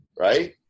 right